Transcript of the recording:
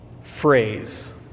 phrase